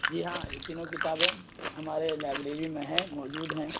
جی ہاں یہ تینوں کتابیں ہمارے لائبریری میں ہیں موجود ہیں